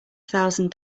thousand